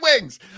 wings